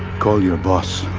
call your boss.